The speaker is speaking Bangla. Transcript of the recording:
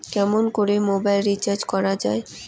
কেমন করে মোবাইল রিচার্জ করা য়ায়?